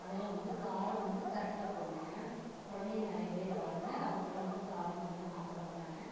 அதெல்லாம் வந்து காரம் வந்து கரெக்டா போடுங்க ஏன்னால் குழந்தைங்க நிறையா பேர் வராங்க அவங்கள்லாம் வந்து காரமாக இருந்தால் சாப்பிடமாட்டாங்க